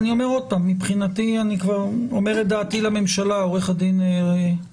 אני כבר אומר את דעתי לממשלה, עורך הדין רויטמן: